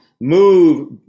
move